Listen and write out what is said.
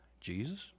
Jesus